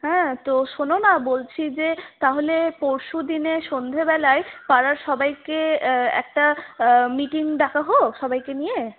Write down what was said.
হ্যাঁ তো শোনো না বলছি যে তাহলে পরশুদিনে সন্ধ্যেবেলায় পাড়ার সবাইকে একটা মিটিং ডাকা হোক সবাইকে নিয়ে